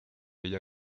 ella